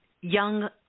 young